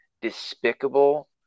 despicable